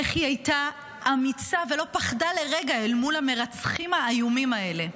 איך היא הייתה אמיצה ולא פחדה לרגע אל מול המרצחים האיומים האלה,